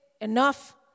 enough